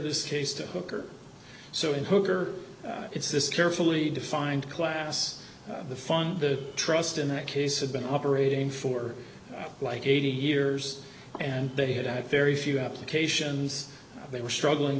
this case to hooker so in hooker it's this carefully defined class the fun trust in that case had been operating for like eighty years and they had had very few applications they were struggling